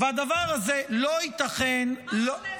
והדבר הזה, לא ייתכן -- סליחה,